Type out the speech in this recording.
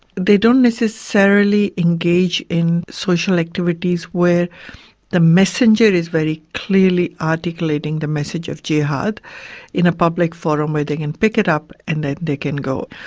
they don't necessarily engage in social activities where the messenger is very clearly articulating the message of jihad in a public forum where they can pick it up and then they can go.